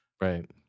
Right